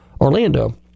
orlando